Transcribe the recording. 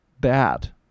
bad